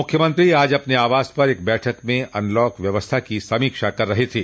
मुख्यमंत्री आज अपने आवास पर एक बैठक में अनलॉक व्यवस्था की समीक्षा कर रहे थे